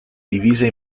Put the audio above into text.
divise